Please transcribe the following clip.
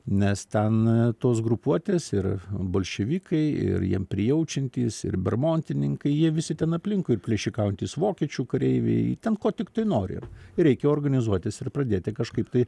nes ten tos grupuotės ir bolševikai ir jiems prijaučiantys ir bermontininkai jie visi ten aplinkui ir plėšikaujantys vokiečių kareiviai ten ko tiktai nori reikia organizuotis ir pradėti kažkaip tai